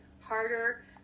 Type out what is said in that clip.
harder